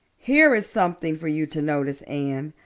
here is something for you to notice, anne.